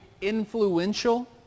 influential